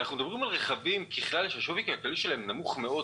אנחנו מדברים על רכבים שהשווי הכלכלי שלהם נמוך מאוד,